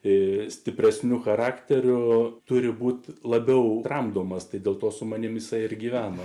ir stipresniu charakteriu turi būti labiau tramdomas tai dėl to su manimi jisai ir gyvena